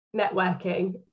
networking